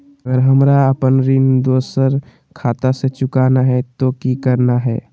अगर हमरा अपन ऋण दोसर खाता से चुकाना है तो कि करना है?